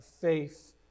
faith